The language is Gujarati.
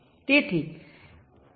તેથી બે વખત બે ચાર શક્યતાઓ છે